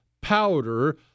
powder